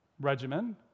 regimen